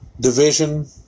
division